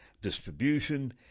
distribution